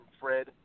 Fred